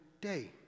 day